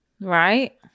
Right